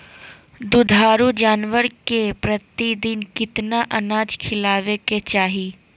दुधारू जानवर के प्रतिदिन कितना अनाज खिलावे के चाही?